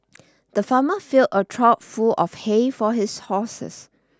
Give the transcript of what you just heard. the farmer filled a trough full of hay for his horses